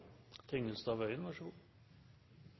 Tingelstad Wøien,